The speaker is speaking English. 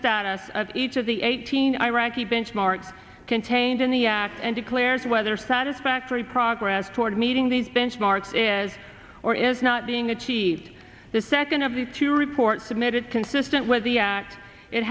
status of each of the eighteen iraqi benchmarks contained in the act and declares whether satisfactory progress toward meeting these benchmarks is or is not being achieved the second of these two report submitted consistent with the